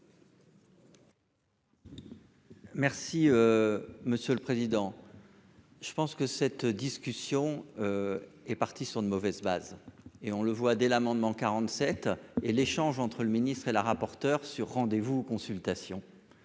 Merci monsieur le président je pense que cette discussion est parti sur de mauvaises bases et on le voit dès l'amendement 47 et l'échange entre le ministre et la rapporteure sur rendez-vous consultation